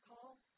call